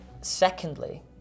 Secondly